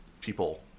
people